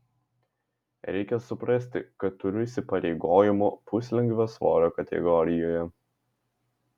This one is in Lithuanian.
reikia suprasti kad turiu įsipareigojimų puslengvio svorio kategorijoje